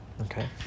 okay